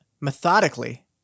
methodically